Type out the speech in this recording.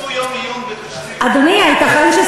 תעשו יום עיון במרצ מה קרה בתקציב החינוך בקדנציה הקודמת.